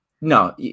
no